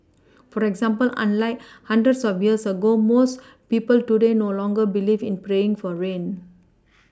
for example unlike hundreds of years ago most people today no longer believe in praying for rain